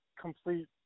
complete